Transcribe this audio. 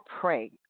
pray